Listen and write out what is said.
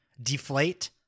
deflate